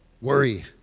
worry